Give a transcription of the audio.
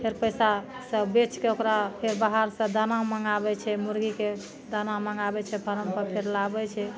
फेर पैसा सऽ बेचके ओकरा फेर बहार सए दाना मङ्गाबै छै मुर्गीके दाना मङ्गाबै छै फारम पर फेर लाबै छै